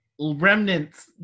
remnants